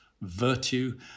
virtue